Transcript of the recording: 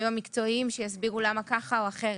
המקצועיים שיסבירו למה כך או אחרת.